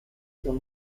dans